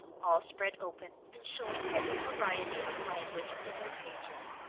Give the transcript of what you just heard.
all spread open and showing every variety of language in their pages.